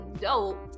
dope